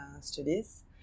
studies